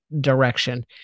direction